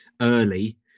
early